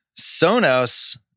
Sonos